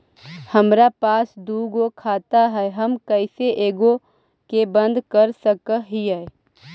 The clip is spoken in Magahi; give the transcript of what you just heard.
हमरा पास दु गो खाता हैं, हम कैसे एगो के बंद कर सक हिय?